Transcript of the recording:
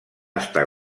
estar